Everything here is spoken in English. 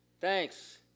Thanks